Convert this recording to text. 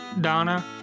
Donna